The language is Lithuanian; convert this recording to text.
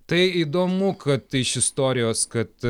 tai įdomu kad iš istorijos kad